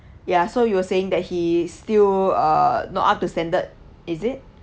ya so you were saying that he still err not up to standard is it